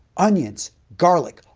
onions, garlic.